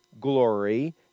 glory